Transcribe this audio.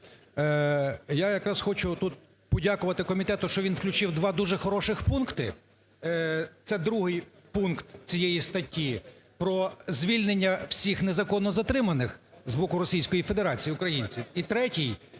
Я якраз хочу тут подякувати комітету, що він включив два дуже хороших пункти: це другий пункт цієї статті про звільнення всіх незаконно затриманих з боку Російської Федерації українців і третій –